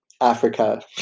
Africa